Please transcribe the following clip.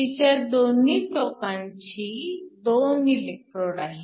तिच्या दोन्ही टोकांशी 2 इलेक्ट्रोड आहेत